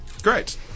Great